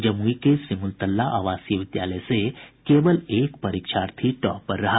जमुई के सिमूलतल्ला आवासीय विद्यालय से केवल एक परीक्षार्थी टॉपर रहा